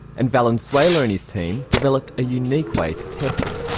and valenzuela and his team developed a unique way to test it.